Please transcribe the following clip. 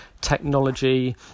technology